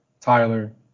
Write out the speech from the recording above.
Tyler